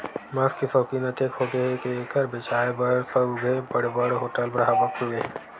मांस के सउकिन अतेक होगे हे के एखर बेचाए बर सउघे बड़ बड़ होटल, ढाबा खुले हे